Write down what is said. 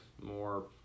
more